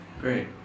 Great